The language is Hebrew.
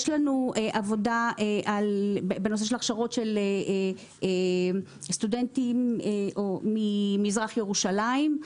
יש לנו עבודה בנושא של הכשרות של סטודנטים ממזרח ירושלים,